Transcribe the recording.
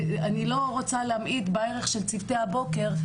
אני לא רוצה להמעיט בערך של צוותי הבוקר.